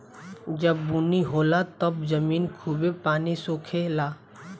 जब बुनी होला तब जमीन खूबे पानी सोखे ला